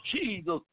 Jesus